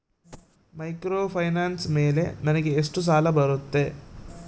Microfinance ಮೇಲೆ ನನಗೆ ಎಷ್ಟು ಸಾಲ ಬರುತ್ತೆ?